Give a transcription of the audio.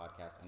podcast